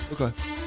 Okay